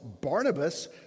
Barnabas